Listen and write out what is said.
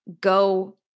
go